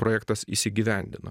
projektas įsigyvendino